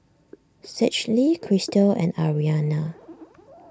Schley Crystal and Ariana